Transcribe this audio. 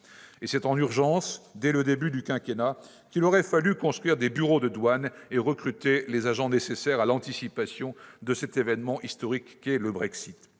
en première urgence, dès le début du quinquennat, qu'il aurait fallu construire des bureaux de douane et recruter les agents nécessaires à l'anticipation de cet événement historique qu'est le Brexit.